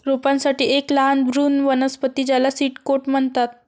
रोपांसाठी एक लहान भ्रूण वनस्पती ज्याला सीड कोट म्हणतात